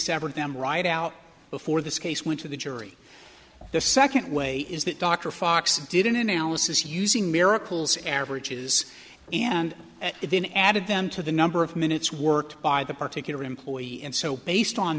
severed them right out before this case went to the jury the second way is that dr fox did an analysis using miracles averages and then added them to the number of minutes worked by the particular employee and so based on